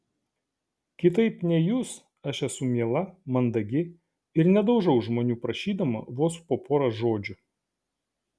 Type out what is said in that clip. kitaip nei jūs aš esu miela mandagi ir nedaužau žmonių parašydama vos po porą žodžių